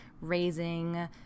raising